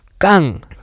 Gang